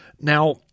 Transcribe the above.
Now